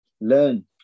learn